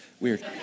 weird